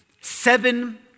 seven